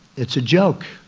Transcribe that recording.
it's a joke.